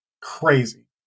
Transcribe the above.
crazy